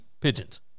pigeons